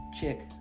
chick